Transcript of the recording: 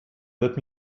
let